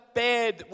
bed